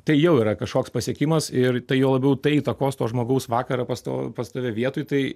tai jau yra kažkoks pasiekimas ir juo labiau tai įtakos to žmogaus vakarą pas tav pas tave vietoj tai